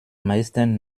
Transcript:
meisten